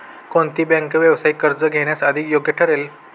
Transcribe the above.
कोणती बँक व्यावसायिक कर्ज घेण्यास अधिक योग्य ठरेल?